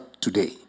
today